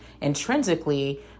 intrinsically